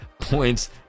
points